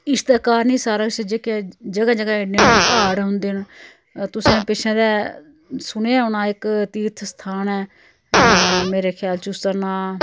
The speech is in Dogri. इस दी कारण ही साढ़ा जेह्के जगह् जगह् इन्ने इन्ने हाड़ होंदे न तुसें पिच्छै जेह् सुनेआ होना इक तीर्थ स्थान ऐ मेरे ख्याल च उसदा नांऽ